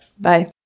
Bye